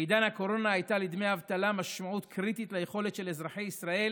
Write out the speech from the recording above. בעידן הקורונה הייתה לדמי אבטלה משמעות קריטית ליכולת של אזרחי ישראל